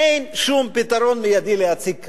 אין שום פתרון מיידי להציג כאן.